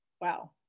Wow